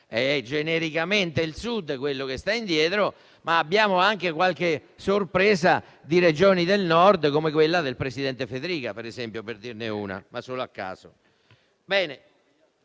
È genericamente il Sud quello che sta indietro, ma abbiamo anche qualche sorpresa in Regioni del Nord, come quella del presidente Fedriga, per esempio, per dirne una solo a caso.